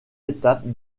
étapes